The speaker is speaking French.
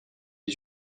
les